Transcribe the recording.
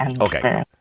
Okay